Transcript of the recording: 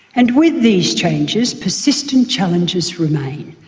and with these changes, persistent challenges remain.